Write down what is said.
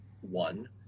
one